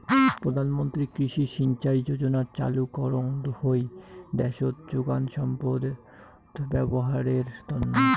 প্রধান মন্ত্রী কৃষি সিঞ্চাই যোজনা চালু করঙ হই দ্যাশোত যোগান সম্পদত ব্যবহারের তন্ন